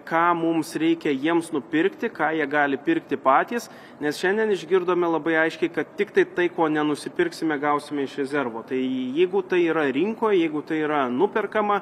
ką mums reikia jiems nupirkti ką jie gali pirkti patys nes šiandien išgirdome labai aiškiai kad tiktai tai ko nenusipirksime gausime iš rezervo tai jeigu tai yra rinkoj jeigu tai yra nuperkama